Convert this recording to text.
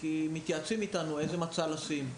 כי מתייעצים איתנו איזה מצע לשים.